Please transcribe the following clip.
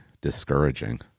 discouraging